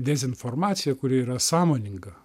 dezinformaciją kuri yra sąmoninga